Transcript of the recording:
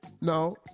No